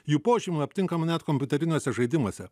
jų požymių aptinkama net kompiuteriniuose žaidimuose